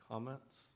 Comments